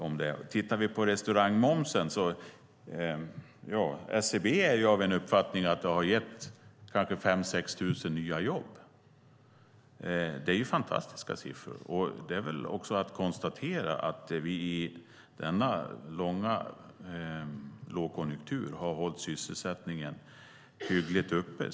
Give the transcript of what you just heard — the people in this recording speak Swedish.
När det gäller sänkningen av restaurangmomsen har SCB uppfattningen att den har gett 5 000-6 000 nya jobb. Det är fantastiska siffror. Vi kan konstatera att vi under denna långa lågkonjunktur har hållit sysselsättningen uppe på en hygglig nivå.